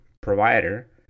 provider